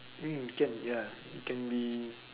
thing we'll get ya we can be